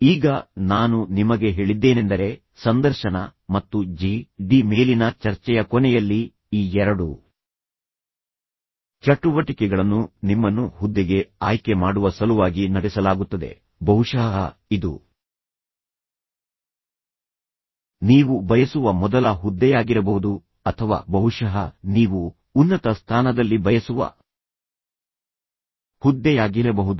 ಈಗ ನಾನು ನಿಮಗೆ ಹೇಳಿದ್ದೇನೆಂದರೆ ಸಂದರ್ಶನ ಮತ್ತು ಜಿ ಡಿ ಮೇಲಿನ ಚರ್ಚೆಯ ಕೊನೆಯಲ್ಲಿ ಈ ಎರಡೂ ಚಟುವಟಿಕೆಗಳನ್ನು ನಿಮ್ಮನ್ನು ಹುದ್ದೆಗೆ ಆಯ್ಕೆ ಮಾಡುವ ಸಲುವಾಗಿ ನಡೆಸಲಾಗುತ್ತದೆ ಬಹುಶಃ ಇದು ನೀವು ಬಯಸುವ ಮೊದಲ ಹುದ್ದೆಯಾಗಿರಬಹುದು ಅಥವಾ ಬಹುಶಃ ನೀವು ಉನ್ನತ ಸ್ಥಾನದಲ್ಲಿ ಬಯಸುವ ಹುದ್ದೆಯಾಗಿರಬಹುದು